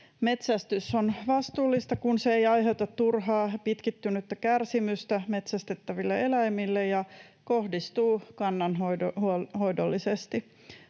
Metsästys on vastuullista, kun se ei aiheuta turhaa, pitkittynyttä kärsimystä metsästettäville eläimille ja kohdistuu kannanhoidollisesti.